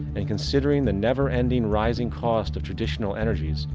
and considering the never ending rising costs of traditional energies,